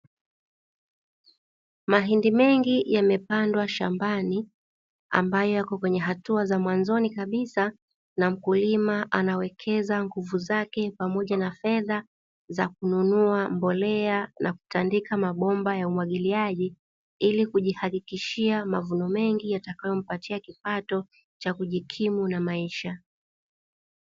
Mahindi mengi yamepandwa shambani ambaye yako kwenye hatua za mwanzoni kabisa na mkulima anawekeza nguvu zake pamoja na fedha za kununua mbolea, na kutandika mabomba ya umwagiliaji ili kujihakikishia mavuno mengi yatakayompatia kipato cha kujikimu na maisha.